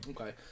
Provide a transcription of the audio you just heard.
Okay